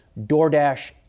DoorDash